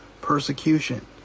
persecution